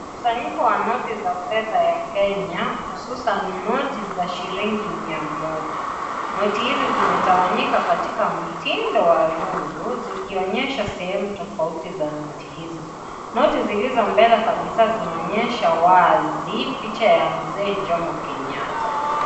Mkusanyiko wa noti za fedha ya Kenya, hususan noti za shilingi mia moja. Noti hizi zimetawanyika katika mtindo wa rundo, zikionyesha sehemu tofauti za noti hizo. Noti zilizo mbele kabisa, zinaonyesha wazi, picha ya Mzee Jomo Kenyatta.